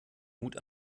mut